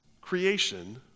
creation